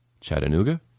Chattanooga